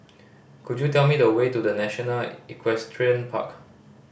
could you tell me the way to The National Equestrian Park